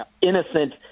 innocent